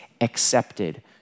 accepted